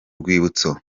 rwibutso